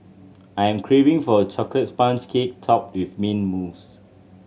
I am craving for a chocolate sponge cake topped with mint mousse